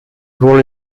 ruolo